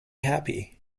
happy